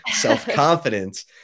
self-confidence